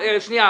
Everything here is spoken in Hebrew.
סליחה.